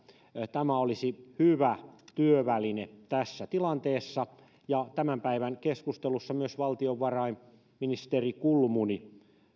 tämä olisi hyvä työväline tässä tilanteessa ja tämän päivän keskustelussa myös valtiovarainministeri kulmuni